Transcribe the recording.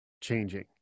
changing